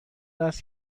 است